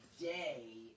day